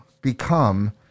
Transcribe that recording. become